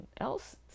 else